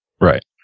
Right